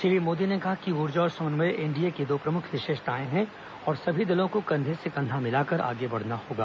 श्री मोदी ने कहा कि ऊर्जा और समन्वय एनडीए की दो प्रमुख विशेषताएं हैं और सभी दलों को कंधे से कंधा मिलाकर आगे बढ़ना होगा